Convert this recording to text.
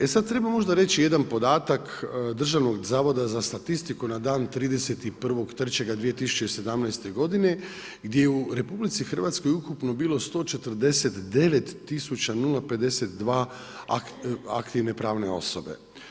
E sada, treba možda reći jedan podatak Državnog zavoda za statistiku na dan 31.3.2017. g. gdje u RH ukupno bilo 149 tisuća 0,52 aktivne pravne osobe.